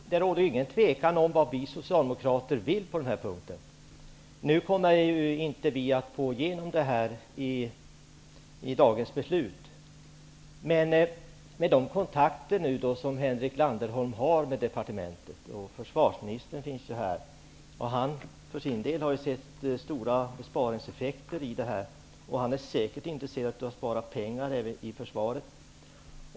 Herr talman! Det råder ingen tvekam om vad vi socialdemokrater vill på den här punkten. Nu kommer vi inte att få igenom vårt förslag i dagens beslut, men försvarsministern finns ju här i kammaren, och han har för sin del sett stora besparingseffekter i vårt förslag och är säkert intresserad av att spara pengar även i försvaret.